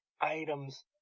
items